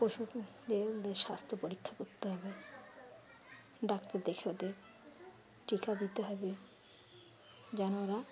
পশুদের ওদের স্বাস্থ্য পরীক্ষা করতে হবে ডাক্তার দেখে ওদের টিকা দিতে হবে যেননা